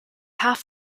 half